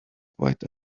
quite